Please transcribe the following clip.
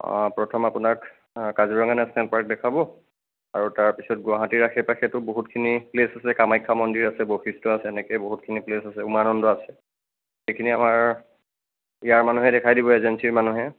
অঁ প্ৰথম আপোনাক কাজিৰঙা নেশ্যনেল পাৰ্ক দেখাব আৰু তাৰ পাছত গুৱাহাটীৰ আশে পাশেতো বহুত খিনি প্লেচ আছে কামাখ্যা মন্দিৰ আছে বশিষ্ঠ আছে এনেকৈ বহুতখিন প্লেচ আছে উমানন্দ আছে এইখিনি আমাৰ ইয়াৰ মানুহে দেখাই দিব এজেঞ্চীৰ মানুহে